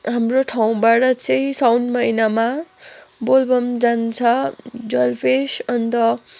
हाम्रो ठाउँबाट चाहिँ साउन महिनामा बोलबम जान्छ जलपेश अन्त